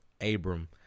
Abram